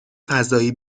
فضایی